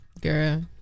girl